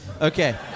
Okay